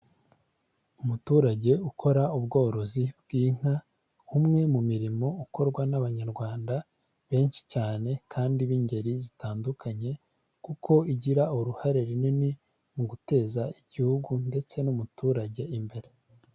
Umuturage ukora ubworozi bw'inka, umwe mu mirimo ukorwa n'Abanyarwanda benshi cyane kandi b'ingeri zitandukanye, kuko igira uruhare runini mu guteza Igihugu ndetse n'umuturage imbere.